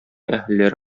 әһелләре